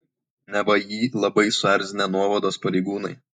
neva jį labai suerzinę nuovados pareigūnai